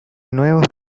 nuevos